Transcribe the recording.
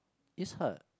is her